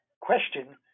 question